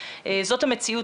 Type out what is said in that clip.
זאת המציאות,